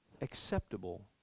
acceptable